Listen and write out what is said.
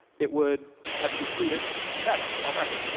it would have completed the fetch already.